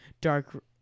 dark